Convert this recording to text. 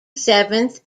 seventh